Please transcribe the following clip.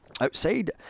Outside